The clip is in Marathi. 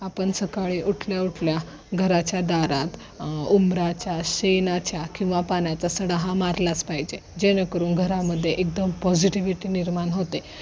आपण सकाळी उठल्या उठल्या घराच्या दारात उंबराच्या शेणाच्या किंवा पाण्याचा सडा हा मारलाच पाहिजे जेणेकरून घरामध्ये एकदम पॉझिटिव्हिटी निर्माण होते